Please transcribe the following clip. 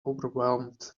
overwhelmed